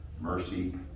mercy